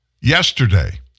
Yesterday